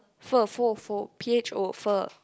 pho pho pho P_H_O pho